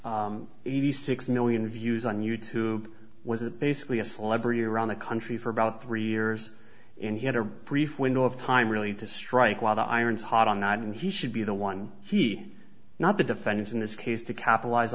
lightning six million views on you tube was it basically a celebrity around the country for about three years and he had a brief window of time really to strike while the iron's hot on night and he should be the one he not the defendants in this case to capitalize